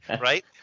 right